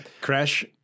crash